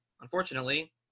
unfortunately